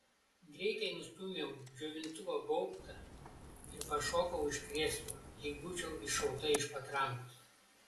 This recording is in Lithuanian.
greitai nustūmiau džiovintuvo gaubtą ir pašokau iš krėslo lyg būčiau iššauta iš patrankos